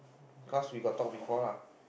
cause we got talk before lah